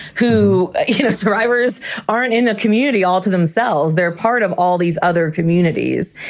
who you know survivors aren't in a community all to themselves they're part of all these other communities.